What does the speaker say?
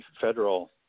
federal